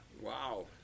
Wow